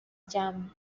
jam